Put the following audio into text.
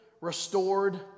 restored